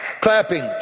Clapping